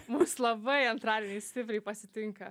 mus labai antradieniais stipriai pasitinka